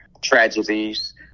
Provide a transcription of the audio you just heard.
tragedies